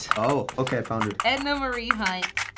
oh, okay, found her. edna marie hunt.